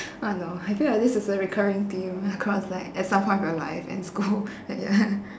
oh no I feel like this is a recurring theme across like at some part of your life and school but ya